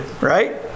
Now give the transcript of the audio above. Right